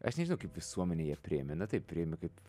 aš nežinau kaip visuomenė ją priėmė na taip priėmė kaip